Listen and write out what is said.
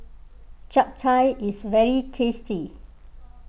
Japchae is very tasty